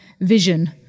vision